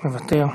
מוותר,